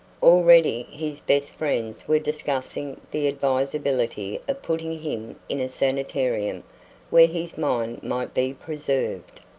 already his best friends were discussing the advisability of putting him in a sanitarium where his mind might be preserved.